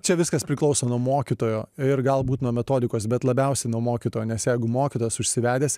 čia viskas priklauso nuo mokytojo ir galbūt nuo metodikos bet labiausiai nuo mokytojo nes jeigu mokytojas užsivedęs